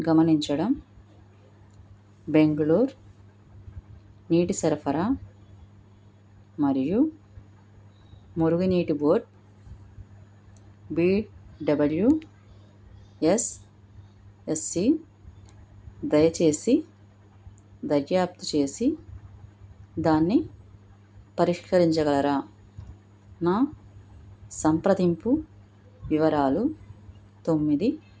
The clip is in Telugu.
గమనించడం బెంగళూరు నీటి సరఫరా మరియు మురుగు నీటి board B W S S C దయచేసి దర్యాప్తు చేసి దాన్ని పరిష్కరించగలరా నా సంప్రదింపు వివరాలు తొమ్మిది